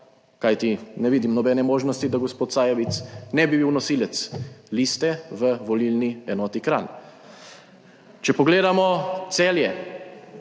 kajti ne vidim nobene možnosti, da gospod Sajovic ne bi bil nosilec liste v volilni enoti Kranj. Če pogledamo Celje,